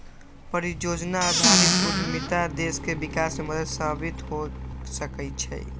परिजोजना आधारित उद्यमिता देश के विकास में मदद साबित हो सकइ छै